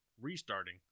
restarting